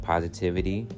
positivity